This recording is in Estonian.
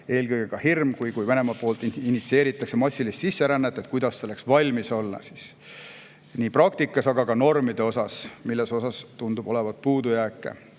eelkõige hirm, et kui Venemaa poolt initsieeritakse massilist sisserännet, kuidas selleks valmis olla nii praktikas kui ka normistikus, mille osas tundub olevat puudujääke.